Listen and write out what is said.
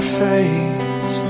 face